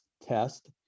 test